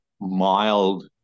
mild